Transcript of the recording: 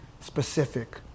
specific